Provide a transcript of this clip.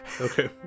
Okay